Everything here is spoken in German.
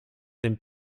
den